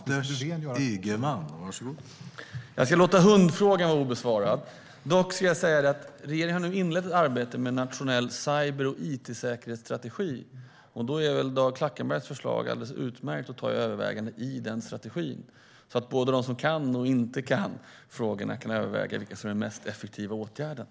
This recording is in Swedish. Herr talman! Jag ska låta hundfrågan vara obesvarad. Dock har regeringen nu inlett ett arbete med en nationell cyber och it-säkerhetsstrategi. I arbetet med den strategin är Dag Klackenbergs förslag väl alldeles utmärkt att ta i övervägande, så att både de som kan och de som inte kan frågorna kan överväga vilka som är de mest effektiva åtgärderna.